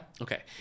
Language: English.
Okay